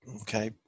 Okay